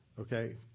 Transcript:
Okay